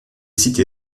cité